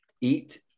eat